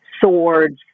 swords